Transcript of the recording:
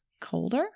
Colder